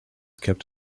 kept